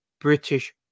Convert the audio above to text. British